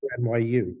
NYU